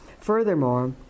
Furthermore